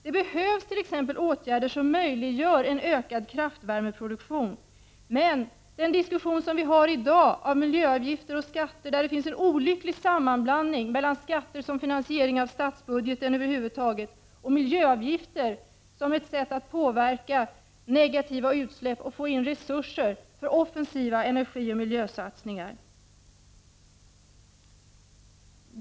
Det behövs t.ex. åtgärder som möjliggör en ökad kraftvärmeproduktion, men i den diskussion som förs i dag görs det en olycklig sammanblandning mellan skatter, som finansiering av statsbudgeten över huvud taget, och miljöavgifter, som ett sätt att påverka negativa utsläpp och få in resurser för offensiva energioch miljösatsningar.